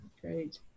great